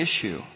issue